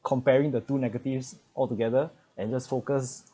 comparing the two negatives altogether and just focus